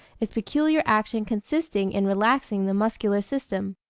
its peculiar action consisting in relaxing the muscular system.